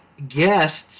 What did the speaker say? guests